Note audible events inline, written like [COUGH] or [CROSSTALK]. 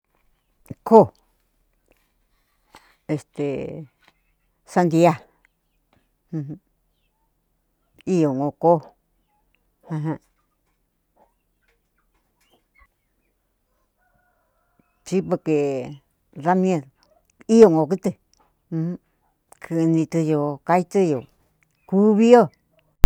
Koo este santiawun iungu koo ajan [NOISE] si porque da miedo iongu kutɨ ujun kunituyo kaitu yoo kuviyo.